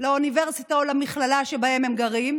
לאוניברסיטה או למכללה שבהן הם לומדים,